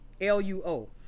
l-u-o